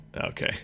Okay